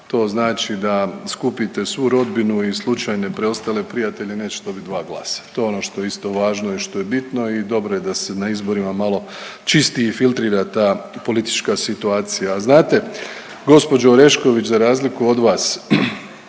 to znači da skupite svu rodbinu i slučajne preostale prijatelje neće dobit dva glasa. To je ono što je isto važno i što je bitno i dobro je da se na izborima malo čisti i filtrira ta politička situacija. A znate gospođo Orešković za razliku od vas